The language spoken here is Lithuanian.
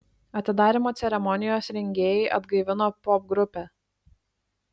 atidarymo ceremonijos rengėjai atgaivino popgrupę